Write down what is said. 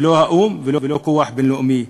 ולא האו"ם ולא כוח בין-לאומי.